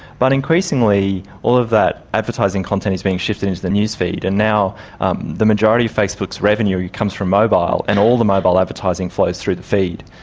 but increasingly all of that advertising content is being shifted into the newsfeed. and now um the majority of facebook's revenue comes from mobile, and all the mobile advertising flows through the feed.